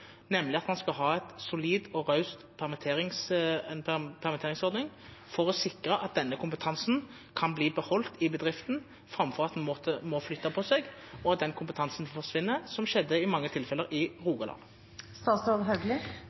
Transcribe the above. nemlig at man skal ha en solid og raus permitteringsordning for å sikre at denne kompetansen kan bli beholdt i bedriften, framfor at den må flytte på seg og at den kompetansen forsvinner, som skjedde i mange tilfeller i